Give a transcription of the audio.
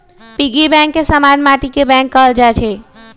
piggy bank के समान्य माटिके बैंक कहल जाइ छइ